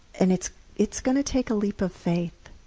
and it's it's going to take a leap of faith.